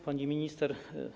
Pani Minister!